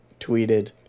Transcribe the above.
tweeted